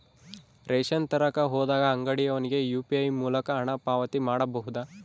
Ration ತರಕ ಹೋದಾಗ ಅಂಗಡಿಯವನಿಗೆ ಯು.ಪಿ.ಐ ಮೂಲಕ ಹಣ ಪಾವತಿ ಮಾಡಬಹುದಾ?